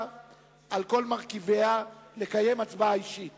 עכשיו הגענו לסעיף 165. זה הורדת מס הכנסה לחברות.